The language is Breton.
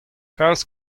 kalz